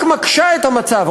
רק מקשה את המצב,